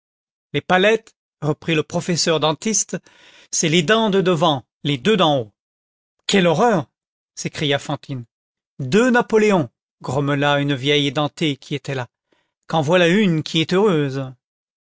les palettes reprit le professeur dentiste c'est les dents de devant les deux d'en haut quelle horreur s'écria fantine deux napoléons grommela une vieille édentée qui était là qu'en voilà une qui est heureuse